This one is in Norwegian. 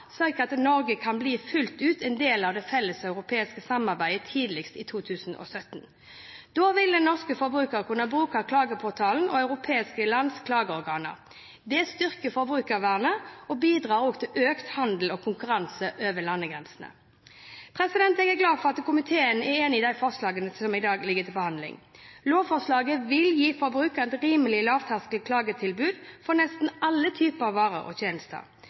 at Norge fullt ut kan bli en del av det felleseuropeiske samarbeidet tidlig i 2017. Da vil den norske forbrukeren kunne bruke klageportalen og europeiske lands klageorganer. Det styrker forbrukervernet og bidrar også til økt handel og konkurranse over landegrensene. Jeg er glad for at komiteen er enig i de forslagene som i dag ligger til behandling. Lovforslaget vil gi forbrukeren et rimelig, lavterskel-klagetilbud for nesten alle typer varer og tjenester.